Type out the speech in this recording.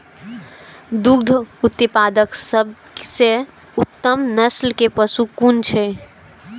दुग्ध उत्पादक सबसे उत्तम नस्ल के पशु कुन छै?